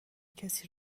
کسی